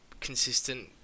consistent